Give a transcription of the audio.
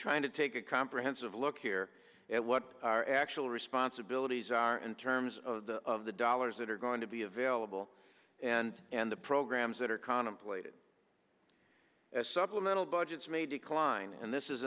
trying to take a comprehensive look here at what our actual responsibilities are in terms of the of the dollars that are going to be available and and the programs that are contemplated as supplemental budgets may decline and this is